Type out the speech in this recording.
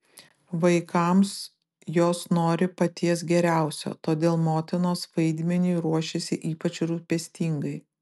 vaikams jos nori paties geriausio todėl motinos vaidmeniui ruošiasi ypač rūpestingai